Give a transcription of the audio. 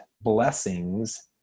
blessings